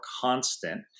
constant